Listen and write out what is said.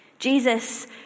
Jesus